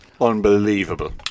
unbelievable